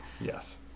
Yes